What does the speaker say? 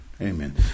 Amen